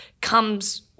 comes